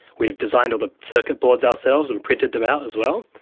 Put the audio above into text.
we've designed all the circuit boards ourselves and printed them out as well.